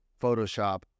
Photoshop